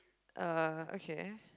uh okay